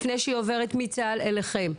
לפני שהיא עוברת מצה"ל אליכם,